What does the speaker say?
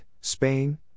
Spain